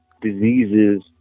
diseases